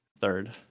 third